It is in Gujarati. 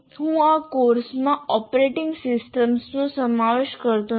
હું આ કોર્સમાં ઓપરેટિંગ સિસ્ટમ્સનો સમાવેશ કરતો નથી